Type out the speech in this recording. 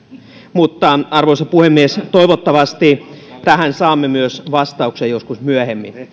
mutta arvoisa puhemies toivottavasti myös tähän saamme vastauksen joskus myöhemmin